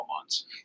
months